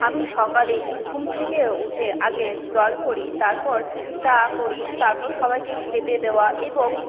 আমি সকালে ঘুম থেকে উঠে আগে জল ভরি তারপর চা করি তারপর সবাইকে খেতে দেওয়া এবং